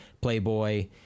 playboy